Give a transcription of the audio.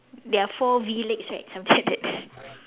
there are four V legs right something like that